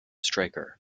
striker